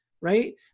right